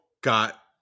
got